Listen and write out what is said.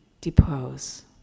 depose